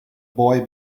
boy